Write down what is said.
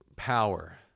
Power